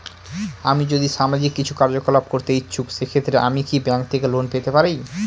আমি যদি সামাজিক কিছু কার্যকলাপ করতে ইচ্ছুক সেক্ষেত্রে আমি কি ব্যাংক থেকে লোন পেতে পারি?